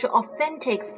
authentic